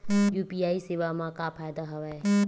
UPI सेवा मा का फ़ायदा हवे?